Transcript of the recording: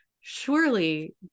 surely